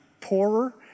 poorer